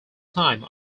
time